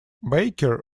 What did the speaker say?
baker